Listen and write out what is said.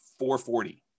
440